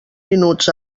minuts